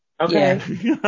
Okay